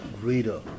greater